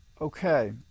Okay